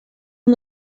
amb